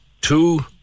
two